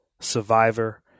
Survivor